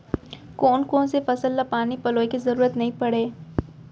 कोन कोन से फसल ला पानी पलोय के जरूरत नई परय?